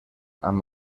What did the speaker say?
amb